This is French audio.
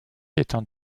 étant